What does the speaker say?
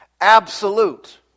Absolute